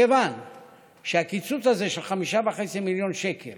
מכיוון שהקיצוץ הזה של 5.5 מיליון שקל